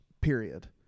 Period